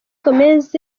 gomez